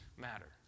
matter